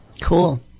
Cool